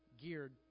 geared